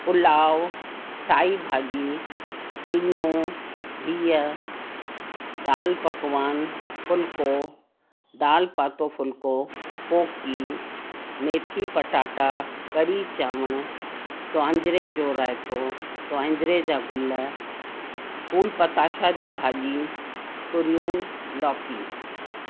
पुलाव साई भाॼी सिंगियूं भीअ दालि पकवान फ़ुल्को दालि पातो फ़ुल्को कोकी मैथी पटाटा करी चांवण स्वांजरे जो रायतो स्वांजरे जा गुल फूल पताशा जी भाॼी तुरियूं लौकी